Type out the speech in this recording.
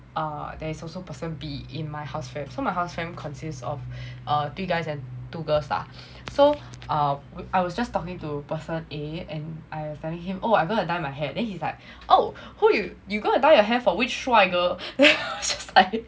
uh there is also person b so my house fam so my house fam consists of uh three guys and two girls lah so uh I was just talking to person a and I was telling him oh I'm gonna dye my hair then he's like oh who you you gonna dye your hair for which 帅哥